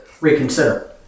Reconsider